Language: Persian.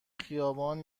خیابان